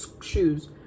shoes